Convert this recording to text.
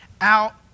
out